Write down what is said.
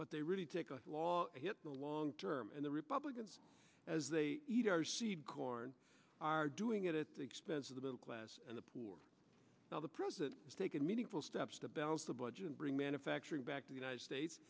but they really take a lot hit the long term and the republicans as they eat our seed corn are doing it at the expense of the middle class and the poor now the president has taken meaningful steps to balance the budget and bring manufacturing back to united states